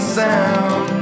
sound